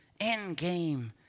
endgame